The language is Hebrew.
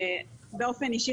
באופן אישי,